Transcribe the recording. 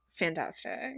fantastic